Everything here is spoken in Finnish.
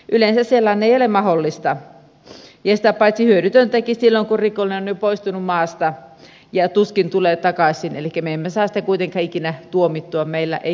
yleensä sellainen ei ole mahdollista ja sitä paitsi se on hyödytöntäkin silloin kun rikollinen on jo poistunut maasta ja tuskin tulee takaisin elikkä me emme saa häntä kuitenkaan ikinä tuomittua meillä emmekä ulkomailla